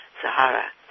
Sahara